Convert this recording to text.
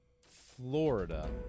Florida